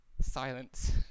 Silence